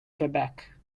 quebec